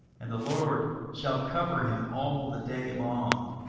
and the lord shall cover him all the day long,